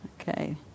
Okay